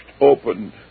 opened